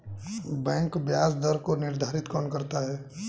Bank ब्याज दर को निर्धारित कौन करता है?